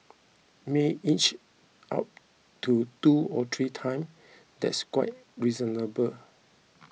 may inch up to two or three times that's quite reasonable